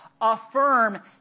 affirm